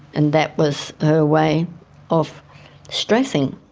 and that was her way of stressing.